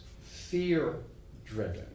fear-driven